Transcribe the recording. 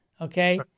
okay